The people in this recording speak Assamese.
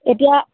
এতিয়া